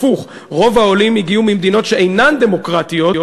הפוך: רוב העולים הגיעו ממדינות שאינן דמוקרטיות,